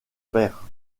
père